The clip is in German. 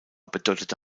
bedeutete